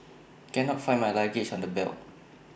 cannot find my luggage on the belt